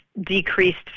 decreased